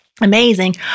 amazing